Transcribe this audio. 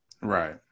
Right